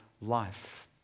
life